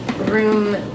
room